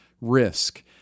risk